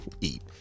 eat